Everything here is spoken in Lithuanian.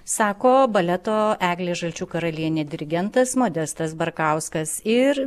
sako baleto eglė žalčių karalienė dirigentas modestas barkauskas ir